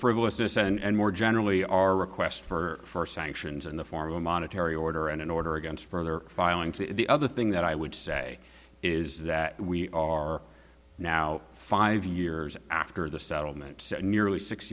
frivolousness and more generally our request for sanctions in the form of a monetary order and an order against further filing to the other thing that i would say is that we are now five years after the settlement nearly six